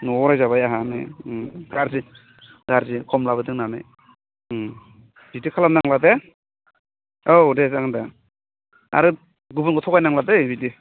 न'आव रायजाबाय आंहा नै गाज्रि गाज्रि खम लाबोदों होननानै बिदि खालाम नांला दे औ दे जागोन दे आरो गुबुनखौ थगायनांलादै बिदि